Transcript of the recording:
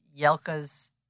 Yelka's